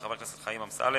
של חבר הכנסת חיים אמסלם: